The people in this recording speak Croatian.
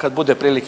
**Hajduković,